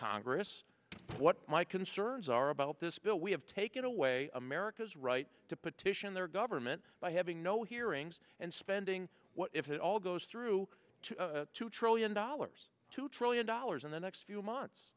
congress what my concerns are about this bill we have taken away america's right to petition their government by having no hearings and spending what if it all goes through two trillion dollars two trillion dollars in the next few months